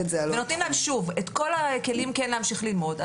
ונותנים להם את כל הכלים כן להמשיך ללמוד.